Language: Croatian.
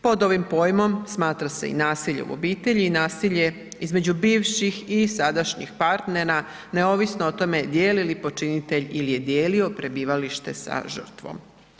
Pod ovim pojmom smatra se i nasilje u obitelji i nasilje između bivših i sadašnjih partnera, neovisno o tome dijeli li počinitelj ili je dijelio prebivalište sa žrtvom.